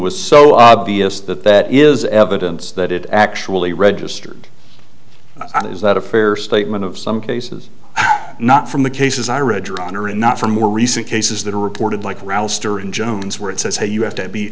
was so obvious that that is evidence that it actually registered is that a fair statement of some cases not from the cases i read drawn or in not from more recent cases that are reported like ral story in jones where it says hey you have to be